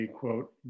quote